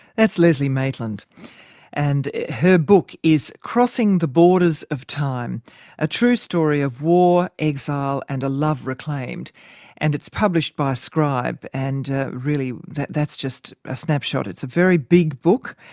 that's leslie maitland and her book is crossing the borders of time a true story of war, exile and a love reclaimed and it's published by scribe. and really that's just a snapshot. it's a very big book,